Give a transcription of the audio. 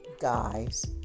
guys